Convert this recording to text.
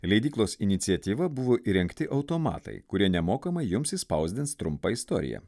leidyklos iniciatyva buvo įrengti automatai kurie nemokamai jums išspausdins trumpą istoriją